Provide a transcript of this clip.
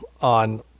on